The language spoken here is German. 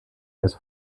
als